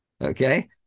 Okay